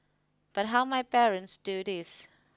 but how might parents do this